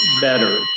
better